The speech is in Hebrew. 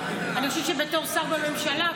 אבל אני חושבת שבתור שר בממשלה,